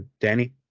Danny